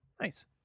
Nice